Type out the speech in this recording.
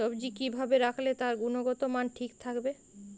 সবজি কি ভাবে রাখলে তার গুনগতমান ঠিক থাকবে?